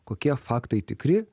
kokie faktai tikri